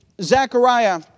Zechariah